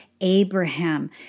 Abraham